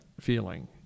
feeling